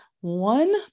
one